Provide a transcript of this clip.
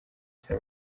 cya